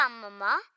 Mama